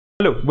Hello